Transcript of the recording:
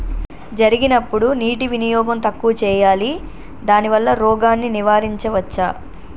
జరిగినప్పుడు నీటి వినియోగం తక్కువ చేయాలి దానివల్ల రోగాన్ని నివారించవచ్చా?